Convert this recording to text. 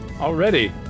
Already